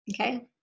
Okay